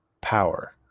power